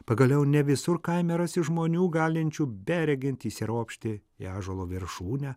pagaliau ne visur kaime rasi žmonių galinčių beregint įsiropšti į ąžuolo viršūnę